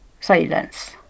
Silence